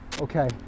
okay